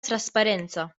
trasparenza